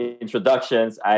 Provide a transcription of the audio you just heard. introductions